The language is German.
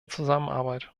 zusammenarbeit